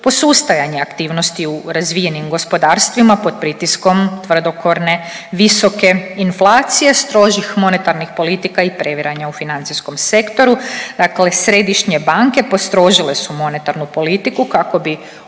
posustajanja aktivnosti u razvijenim gospodarstvima pod pritiskom tvrdokorne visoke inflacije, strožih monetarnih politika i previranja u financijskom sektoru. Dakle, središnje banke postrožile su monetarnu politiku kako bi